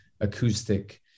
acoustic